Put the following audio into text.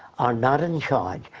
are not in charge.